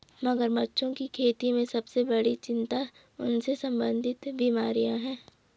मगरमच्छों की खेती में सबसे बड़ी चिंता उनसे संबंधित बीमारियां हैं?